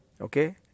okay